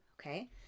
Okay